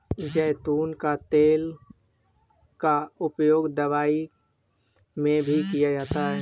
ज़ैतून का तेल का उपयोग दवाई में भी किया जाता है